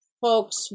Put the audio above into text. folks